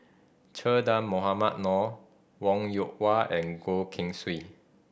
Che Dah Mohamed Noor Wong Yoon Wah and Goh Keng Swee